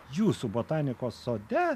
jūsų botanikos sode